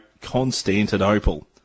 Constantinople